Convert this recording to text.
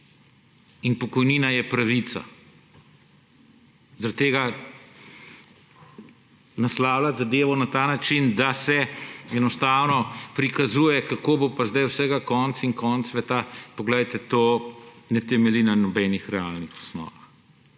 In pokojnina je pravica. Zaradi tega naslavljati zadevo na ta način, da se enostavno prikazuje, kako bo pa zdaj vsega konec in konec sveta, poglejte to ne temelji na nobenih realnih osnovah.